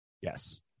Yes